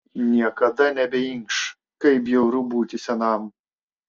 niekada nebeinkš kaip bjauru būti senam